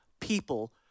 people